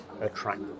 attract